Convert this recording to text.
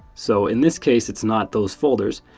so in this case, it's not those folders.